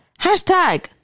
hashtag